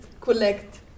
collect